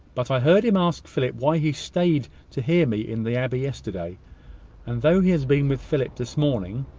but i heard him ask philip why he staid to hear me in the abbey yesterday and though he has been with philip this morning,